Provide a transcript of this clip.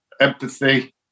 empathy